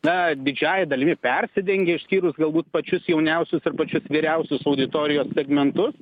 na didžiąja dalimi persidengia išskyrus galbūt pačius jauniausius ir pačius vyriausius auditorijos segmentus